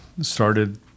started